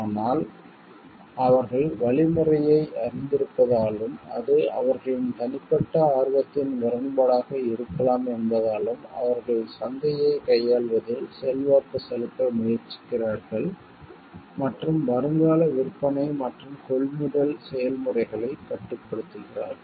ஆனால் அவர்கள் வழிமுறையை அறிந்திருப்பதாலும் அது அவர்களின் தனிப்பட்ட ஆர்வத்தின் முரண்பாடாக இருக்கலாம் என்பதாலும் அவர்கள் சந்தையை கையாள்வதில் செல்வாக்கு செலுத்த முயற்சிக்கிறார்கள் மற்றும் வருங்கால விற்பனை மற்றும் கொள்முதல் செயல்முறைகளை கட்டுப்படுத்துகிறார்கள்